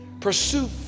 pursue